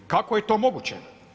Kako je to moguće?